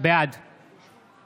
בעד